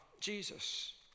Jesus